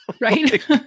Right